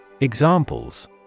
Examples